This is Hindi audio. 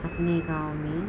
अपने गाँव में